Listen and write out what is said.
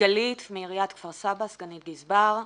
גלית מעיריית כפר סבא, סגנית גזבר.